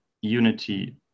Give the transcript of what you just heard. unity